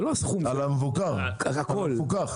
על המבוקר, על המפוקח?